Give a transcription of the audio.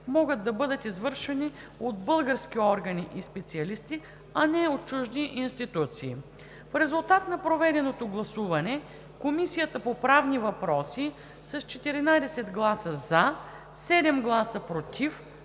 могат да бъдат извършвани от български органи и специалисти, а не от чужди институции. В резултат на проведеното гласуване Комисията по правни въпроси с 14 гласа „за“, 7 гласа „против“